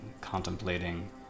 contemplating